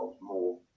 more